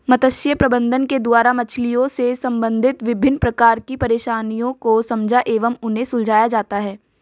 मत्स्य प्रबंधन के द्वारा मछलियों से संबंधित विभिन्न प्रकार की परेशानियों को समझा एवं उन्हें सुलझाया जाता है